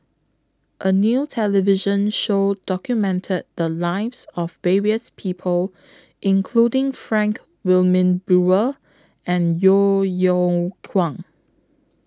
A New television Show documented The Lives of various People including Frank Wilmin Brewer and Yeo Yeow Kwang